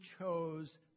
chose